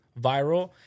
viral